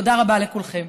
תודה רבה לכולכם.